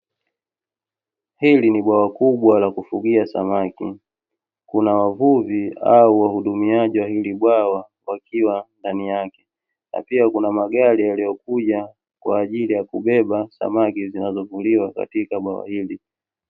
Hili ni bwawa kubwa la kufugia samaki kuna wavuvi au wahudumiaji wa hili bwawa wakiwa ndani yake, na pia kuna magari yaliyokuja kwa ajili ya kubeba samaki zinazovuliwa katika bwawa hili.